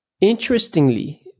Interestingly